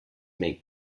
make